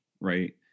right